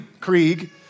Krieg